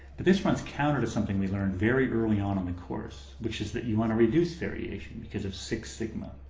but this one's counter to something we learned very early on in the course, which is that you wanna reduce variation because of six sigma.